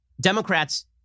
Democrats